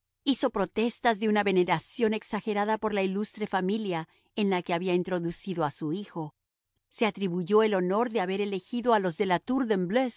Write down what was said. hizo protestas de una veneración exagerada por la ilustre familia en la que había introducido a su hijo se atribuyó el honor de haber elegido a los la